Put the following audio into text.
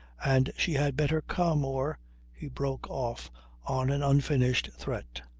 and she had better come, or he broke off on an unfinished threat.